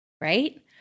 right